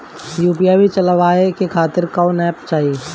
UPI चलवाए के खातिर कौन एप चाहीं?